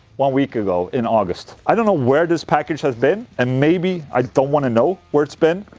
one week ago, in august i don't know where this package has been and maybe i don't want to know where it's been